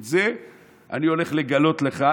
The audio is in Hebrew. את זה אני הולך לגלות לך,